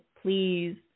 please